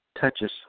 touches